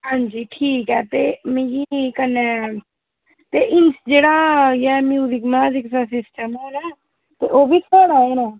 हांजी ठीक ऐ ते मिगी कन्नै ते ई जेह्ड़ा एह् म्युजिक माजिक दा सिस्टम ऐ ते ओह्बी थुआढ़ा गै ऐ